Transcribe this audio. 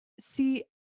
See